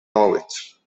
norwich